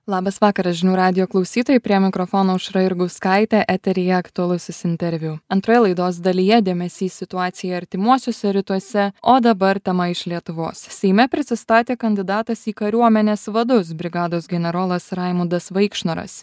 labas vakaras žinių radijo klausytojai prie mikrofono aušra jurgauskaitė eteryje aktualusis interviu antroje laidos dalyje dėmesys situacijai artimuosiuose rytuose o dabar tema iš lietuvos seime prisistatė kandidatas į kariuomenės vadus brigados generolas raimundas vaikšnoras